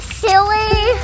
silly